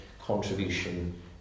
contribution